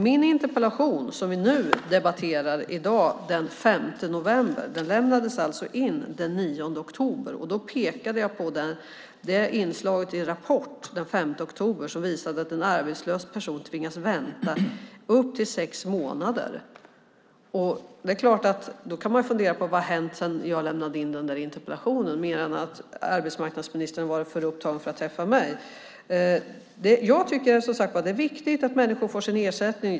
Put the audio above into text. Min interpellation som vi debatterar i dag, den 5 november, lämnades alltså in den 9 oktober. Då pekade jag på ett inslag i Rapport den 5 oktober som visade att en arbetslös person tvingades vänta upp till sex månader. Man kan fundera över vad som har hänt sedan jag lämnade in interpellationen, mer än att arbetsmarknadsministern har varit för upptagen för att träffa mig. Jag tycker som sagt var att det är viktigt att människor får sin ersättning.